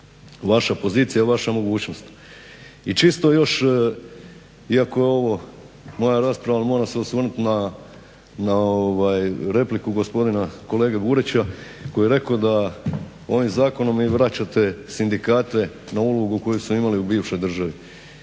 vaša pozicija, vaša mogućnost. I čisto još, iako je ovo moja rasprava, ali moram se osvrnut na repliku gospodina kolege Burića koji je rekao da ovim zakonom vi vraćate sindikate na ulogu koju su imali u bivšoj državi.